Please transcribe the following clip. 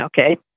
Okay